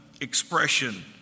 expression